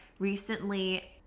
Recently